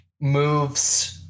moves